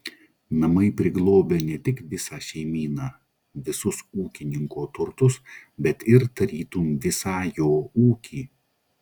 namai priglobia ne tik visą šeimyną visus ūkininko turtus bet ir tarytum visą jo ūkį